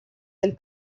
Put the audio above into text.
del